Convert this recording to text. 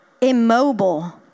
immobile